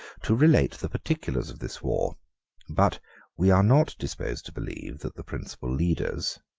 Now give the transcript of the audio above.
to relate the particulars of this war but we are not disposed to believe that the principal leaders,